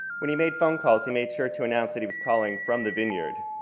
when he made phone calls, he made sure to announce that he was calling from the vineyard.